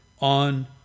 on